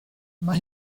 mae